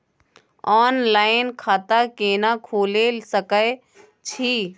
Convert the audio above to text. Online खाता केना खोले सकै छी?